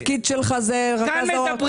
פה מדברים